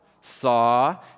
saw